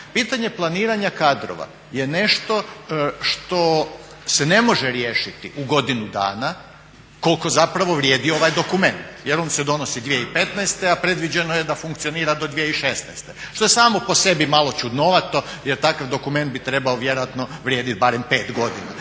Pitanje planiranja kadrova je nešto što se ne može riješiti u godinu dana koliko zapravo vrijedi ovaj dokument jer on se donosi 2015. a predviđeno je da funkcionira do 2016. što je samo po sebi malo čudnovato jer takav dokument bi trebao vjerojatno vrijediti barem 5 godina.